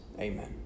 Amen